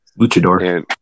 luchador